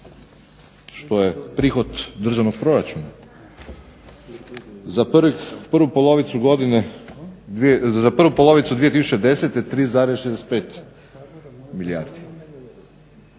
što je prihod državnog proračuna. Za prvu polovicu 2010. 3,65 milijardi